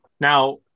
Now